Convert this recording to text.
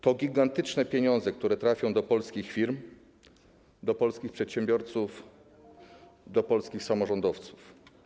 To gigantyczne pieniądze, które trafią do polskich firm, do polskich przedsiębiorców, do polskich samorządowców.